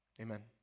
Amen